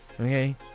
Okay